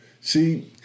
See